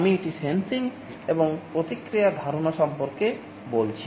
আমি এটি সেন্সিং এবং প্রতিক্রিয়া ধারণা সম্পর্কে বলছি